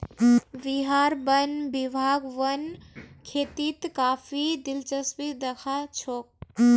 बिहार वन विभाग वन खेतीत काफी दिलचस्पी दखा छोक